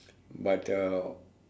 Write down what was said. but uh